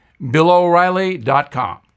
BillOReilly.com